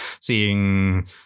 seeing